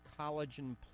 Collagen